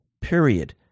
period